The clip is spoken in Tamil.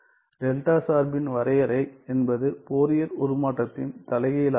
டெல்டா சார்பின் வரையறை என்பது ஃபோரியர் உருமாற்றத்தின் தலைகீழாகும்